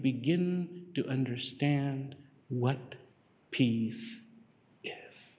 begin to understand what peace yes